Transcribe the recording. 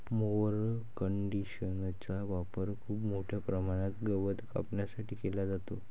mower कंडिशनरचा वापर खूप मोठ्या प्रमाणात गवत कापण्यासाठी केला जातो